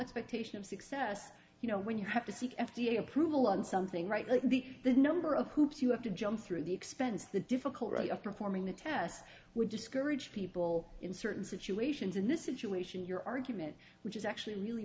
expectation of success you know when you have to seek f d a approval on something right like the number of hoops you have to jump through the expense the difficulty of performing the test would discourage people in certain situations in this situation your argument which is actually really